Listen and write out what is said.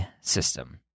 system